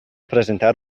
presentar